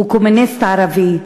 / הוא קומוניסט ערבי.